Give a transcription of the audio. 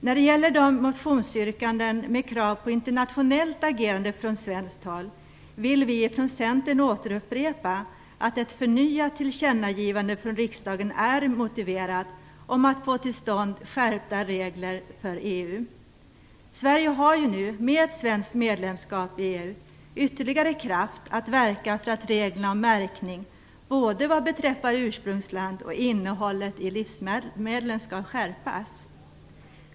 När det gäller motionsyrkandena med krav på internationellt agerande från svenskt håll vill vi från EU är motiverat. Sverige har nu, med medlemskap i EU, ytterligare kraft att verka för att reglerna om märkning både vad beträffar ursprungsland och innehållet i livsmedlen skall skärpas.